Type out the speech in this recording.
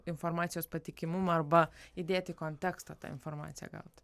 informacijos patikimumą arba įdėti į kontekstą tą informaciją gautą